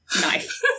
knife